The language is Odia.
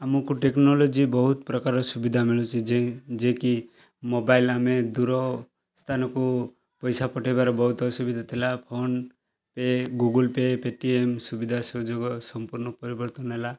ଆମକୁ ଟେକ୍ନୋଲୋଜି ବହୁତ୍ ପ୍ରକାର ସୁବିଧା ମିଳୁଛି ଯେ ଯେ କି ମୋବାଇଲ୍ ଆମେ ଦୂର ସ୍ଥାନକୁ ପଇସା ପଠେଇବାରେ ବହୁତ ଅସୁବିଧା ଥିଲା ଫୋନ୍ପେ ଗୁଗଲ୍ ପେ ପେଟିଏମ୍ ସୁବିଧା ସୁଯୋଗ ସମ୍ପୁର୍ଣ୍ଣ ପରିବର୍ତ୍ତନ ହେଲା